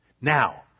Now